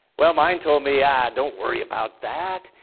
well mine told me yeah don't worry about that,